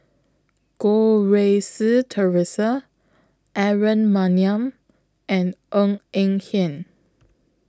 Goh Rui Si Theresa Aaron Maniam and Ng Eng Hen